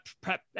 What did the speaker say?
prep